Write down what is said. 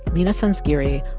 leena sanzgiri,